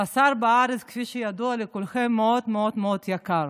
הבשר בארץ, כפי שידוע לכולכם, מאוד מאוד מאוד יקר,